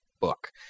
book